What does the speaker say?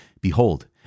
Behold